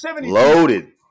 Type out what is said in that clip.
Loaded